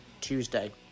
Tuesday